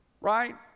right